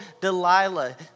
Delilah